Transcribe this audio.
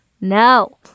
No